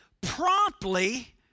promptly